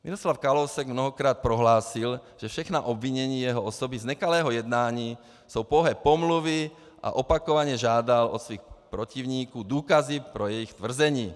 Miroslav Kalousek mnohokrát prohlásil, že všechna obvinění jeho osoby z nekalého jednání jsou pouhé pomluvy, a opakovaně žádal od svých protivníků důkazy pro jejich tvrzení.